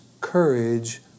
courage